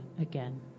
again